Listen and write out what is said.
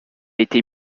été